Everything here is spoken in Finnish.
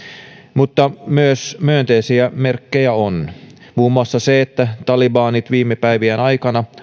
mutta myös myönteisiä merkkejä on muun muassa se että talibanit ovat viime päivien aikana